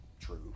true